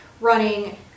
running